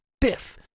Biff